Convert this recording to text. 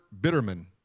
Bitterman